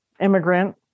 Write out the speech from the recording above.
immigrant